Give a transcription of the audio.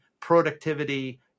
productivity